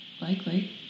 likely